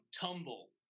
tumble